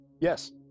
Yes